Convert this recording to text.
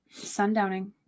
sundowning